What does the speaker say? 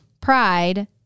pride